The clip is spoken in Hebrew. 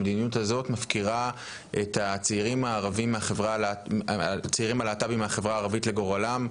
המדיניות הזאת מפקירה את הצעירים הלהט״בים מהחברה הערבית לגורלם,